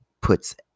puts